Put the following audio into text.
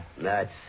Nuts